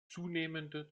zunehmende